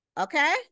Okay